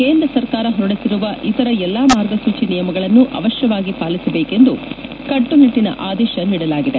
ಕೇಂದ್ರ ಸರ್ಕಾರ ಹೊರಡಿಸಿರುವ ಇತರ ಎಲ್ಲಾ ಮಾರ್ಗಸೂಚಿ ನಿಯಮಗಳನ್ನು ಅವಶ್ಯವಾಗಿ ಪಾಲಿಸಬೇಕು ಎಂದು ಕಟ್ಪುನಿಟ್ಲನ ಆದೇಶ ನೀಡಲಾಗಿದೆ